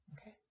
okay